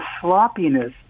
sloppiness